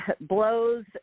Blows